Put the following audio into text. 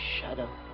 shadow